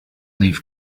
leave